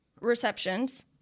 Receptions